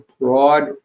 broad